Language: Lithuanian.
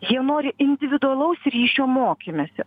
jie nori individualaus ryšio mokymesi